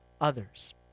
others